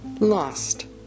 lost